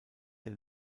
der